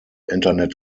internet